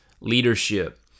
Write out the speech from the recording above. leadership